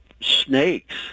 snakes